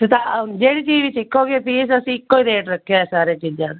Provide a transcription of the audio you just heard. ਸਤਾ ਜਿਹੜੀ ਚੀਜ਼ ਸਿੱਖੋਗੇ ਫੀਸ ਅਸੀਂ ਇੱਕੋ ਹੀ ਰੇਟ ਰੱਖਿਆ ਸਾਰੀਆਂ ਚੀਜ਼ਾਂ ਦਾ